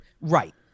Right